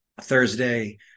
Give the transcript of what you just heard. Thursday